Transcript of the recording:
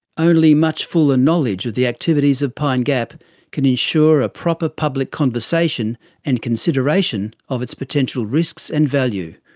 only much fuller knowledge of the activities of pine gap can ensure a proper public conversation and consideration of its potential risks and value.